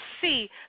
see